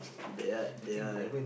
they're they're